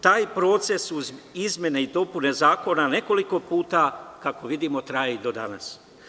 Taj proces, uz izmene i dopune zakona nekoliko puta, kako vidimo, traje i do danas.